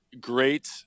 great